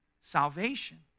salvation